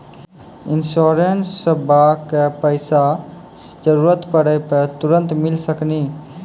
इंश्योरेंसबा के पैसा जरूरत पड़े पे तुरंत मिल सकनी?